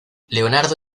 leonardo